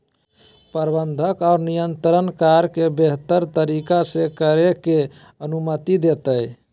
प्रबंधन और नियंत्रण कार्य के बेहतर तरीका से करे के अनुमति देतय